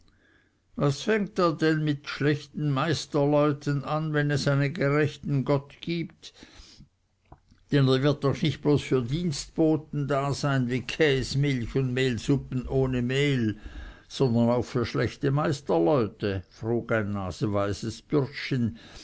was fängt er dann mit schlechten meisterleuten an wenn es einen gerechten gott gibt denn er wird doch nicht bloß für dienstboten da sein wie käsmilch und mehlsuppen ohne mehl sondern auch für schlechte meisterleute frug ein naseweises bürschchen